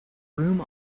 room